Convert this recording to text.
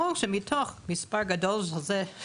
ברור שמתוך מספר כזה גדול של עובדים,